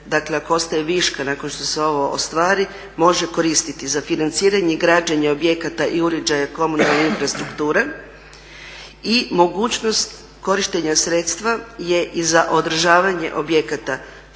dakle ako ostaje viška nakon što se ovo ostvari, može koristiti za financiranje i građenje objekata i uređaje komunalne infrastrukture i mogućnost korištenja sredstva je i za održavanje objekata